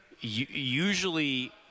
usually